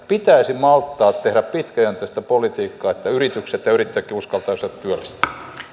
pitäisi malttaa tehdä pitkäjänteistä politiikkaa että yritykset ja yrittäjätkin uskaltaisivat työllistää